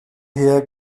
her